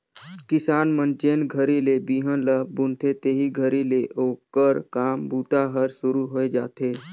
किसान मन जेन घरी ले बिहन ल बुनथे तेही घरी ले ओकर काम बूता हर सुरू होए जाथे